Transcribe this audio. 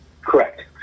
Correct